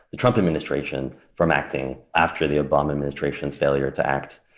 the trump administration from acting after the obama administration's failure to act.